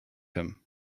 him